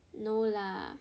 no lah